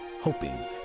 hoping